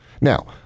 Now